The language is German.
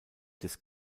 des